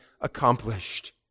accomplished